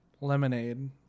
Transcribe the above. Lemonade